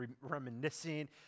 reminiscing